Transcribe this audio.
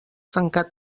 tancat